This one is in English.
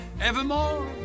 evermore